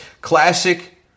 classic